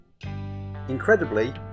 Incredibly